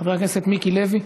חבר הכנסת מיקי לוי,